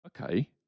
okay